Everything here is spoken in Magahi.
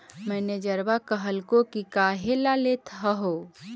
मैनेजरवा कहलको कि काहेला लेथ हहो?